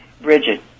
Bridget